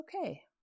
okay